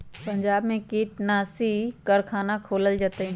पंजाब में कीटनाशी कारखाना खोलल जतई